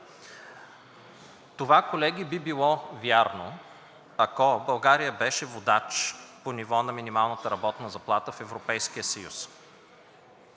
Това, колеги, би било вярно, ако България беше водач по ниво на минималната работна заплата в Европейския съюз.